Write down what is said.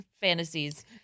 fantasies